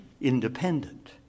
independent